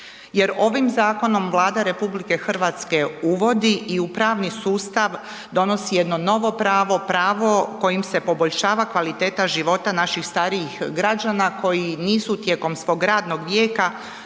ovim zakonom Vlada RH uvodi i u pravni sustav donosi jedno novo pravo, pravo kojim se poboljšava kvaliteta života našim starijih građana koji nisu tijekom svog radnog vijeka